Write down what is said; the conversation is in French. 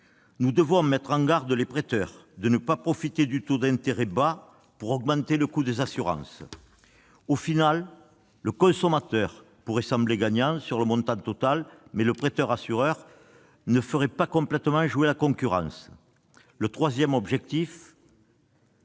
Nous devons mettre en garde les prêteurs de ne pas profiter de taux d'intérêt bas pour augmenter le coût des assurances. Finalement, le consommateur pourrait sembler gagnant sur le montant total, mais le prêteur assureur ne ferait pas complètement jouer la concurrence. La protection